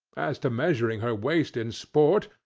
as to measuring her waist in sport,